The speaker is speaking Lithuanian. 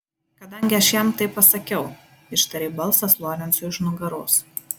kadangi aš jam tai pasakiau ištarė balsas lorencui už nugaros